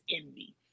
envy